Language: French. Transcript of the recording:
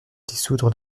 dissoudre